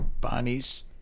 bonnie's